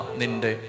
ninde